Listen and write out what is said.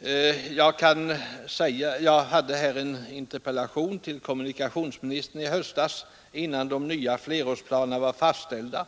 I höstas framställde jag en interpellation till kommunikationsministern innan de nya flerårsplanerna var fastställda.